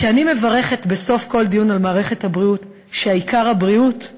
כשאני מברכת בסוף כל דיון על מערכת הבריאות ב"העיקר הבריאות",